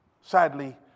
Sadly